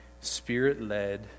spirit-led